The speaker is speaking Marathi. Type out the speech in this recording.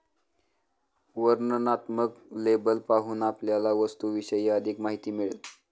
वर्णनात्मक लेबल पाहून आपल्याला वस्तूविषयी अधिक माहिती मिळेल